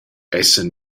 essan